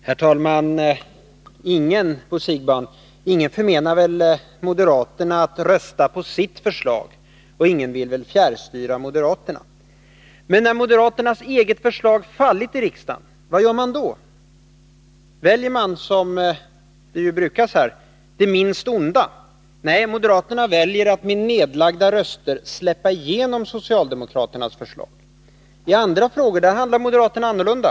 Herr talman! Ingen, Bo Siegbahn, förmenar väl moderaterna att rösta på sina förslag och ingen vill fjärrstyra moderaterna. Men när moderaternas eget förslag har fallit i riksdagen, vad gör de då? Väljer de, som det brukas här, det minst onda? Nej, moderaterna väljer att med nedlagda röster släppa igenom socialdemokraternas förslag. I andra frågor handlar moderaterna annorlunda.